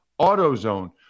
AutoZone